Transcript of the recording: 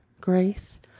grace